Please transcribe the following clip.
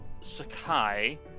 Sakai